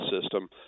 System